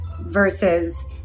versus